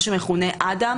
מה שמכונה 'אד"מ',